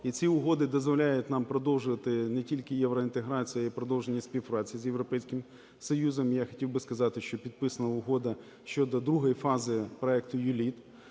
І ці угоди дозволяють нам продовжувати не тільки євроінтеграцію, а й продовження співпраці з Європейським Союзом. І я хотів би сказати, що підписана Угода щодо другої фази проекту U-LEAD.